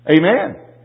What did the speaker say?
Amen